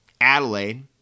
Adelaide